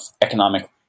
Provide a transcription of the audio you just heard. economic